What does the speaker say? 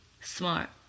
smart